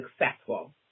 successful